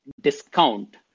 discount